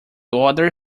other